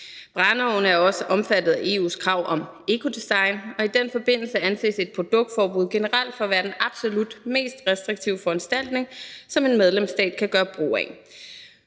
Brændeovne er også omfattet af EU's krav om ecodesign, og i den forbindelse anses det produkt generelt for at være den absolut mest restriktive foranstaltning, som en medlemsstat kan gøre brug af.